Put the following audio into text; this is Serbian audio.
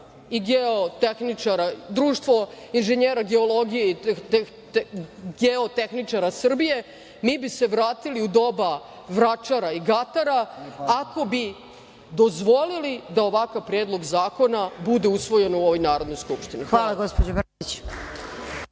i geotehničara, Društvo inženjera geologije i geotehničara Srbije, mi bi se vratili u doba vračara i gatar ako bi dozvolili da ovakav Predlog zakona bude usvojen u ovoj Narodnoj skupštini. Hvala vam.